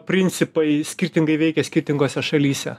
principai skirtingai veikia skirtingose šalyse